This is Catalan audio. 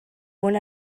una